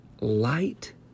light